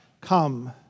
come